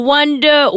Wonder